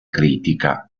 critica